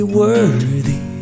worthy